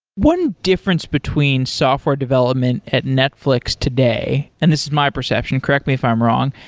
one difference between software development at netflix today, and this is my perception. correct me if i'm wrong.